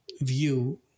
view